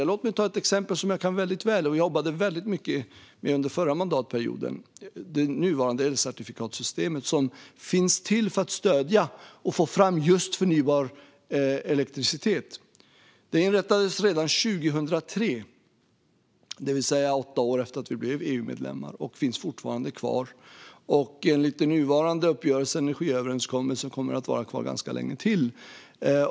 Jag ska ta ett exempel som jag kan väldigt väl och jobbade mycket med under förra mandatperioden. Det gäller det nuvarande elcertifikatssystemet som finns till för att stödja och få fram förnybar elektricitet. Det inrättades redan 2003, det vill säga åtta efter att vi blev EU-medlemmar, och finns fortfarande kvar. Enligt den nuvarande uppgörelsen, energiöverenskommelsen, kommer det att vara kvar ganska länge till.